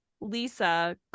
Lisa